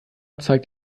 zeigt